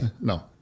No